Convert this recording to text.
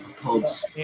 pubs